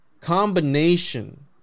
combination